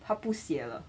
他不写了